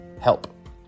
help